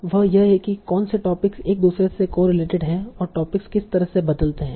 वह यह है कि कौन से टॉपिक्स एक दूसरे से कोरिलेटेड हैं और टॉपिक्स किस तरह से बदलते हैं